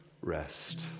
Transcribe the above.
rest